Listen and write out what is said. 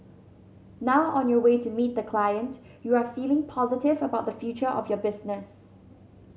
now on your way to meet the client you are feeling positive about the future of your business